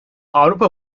avrupa